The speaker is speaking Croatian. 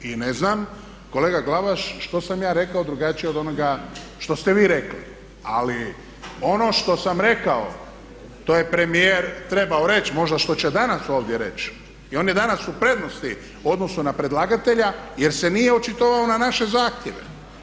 I ne znam kolega Glavaš, što sam ja rekao drugačije od onoga što ste vi rekli ali ono što sam rekao to je premijer trebao reći možda će što će danas ovdje reći i on je danas u prednosti odnosno na predlagatelja jer se nije očitovao na naše zahtjeve.